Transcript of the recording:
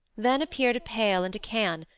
then appeared a pail and a can,